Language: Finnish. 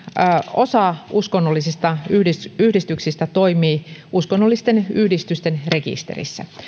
osa uskonnollisista yhdistyksistä yhdistyksistä toimii uskonnollisten yhdyskuntien rekisterissä